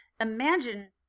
imagine